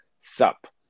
sup